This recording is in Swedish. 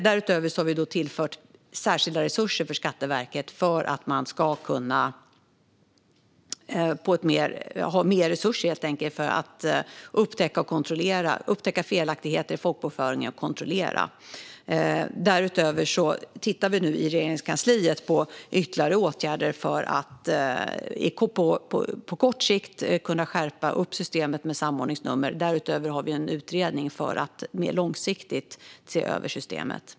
Dessutom har vi tillfört särskilda resurser för Skatteverket för att man ska kunna upptäcka felaktigheter i folkbokföringen och kontrollera. I Regeringskansliet tittar vi nu på ytterligare åtgärder för att på kort sikt kunna skärpa systemet med samordningsnummer. Vi har även en utredning som mer långsiktigt ska se över systemet.